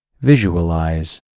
visualize